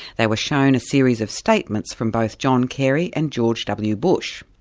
they were shows and a series of statements from both john kerry and george w bush.